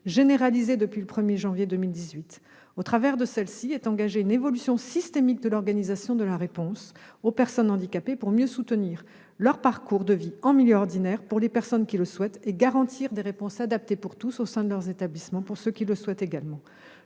généralisée depuis le 1 janvier 2018. Au travers de cette démarche est engagée une évolution systémique de l'organisation de la réponse aux personnes handicapées afin de mieux soutenir le parcours de vie en milieu ordinaire, pour les personnes qui le souhaitent, et garantir des réponses adaptées pour tous au sein des établissements pour les autres.